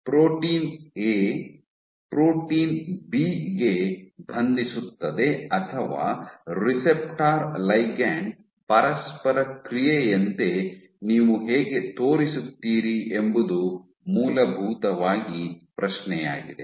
protein A protein B ಗೆ ಬಂಧಿಸುತ್ತದೆ ಅಥವಾ ರೆಸೆಪ್ಟಾರ್ ಲಿಗಂಡ್ ಪರಸ್ಪರ ಕ್ರಿಯೆಯಂತೆ ನೀವು ಹೇಗೆ ತೋರಿಸುತ್ತೀರಿ ಎಂಬುದು ಮೂಲಭೂತವಾಗಿ ಪ್ರಶ್ನೆಯಾಗಿದೆ